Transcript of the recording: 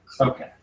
Okay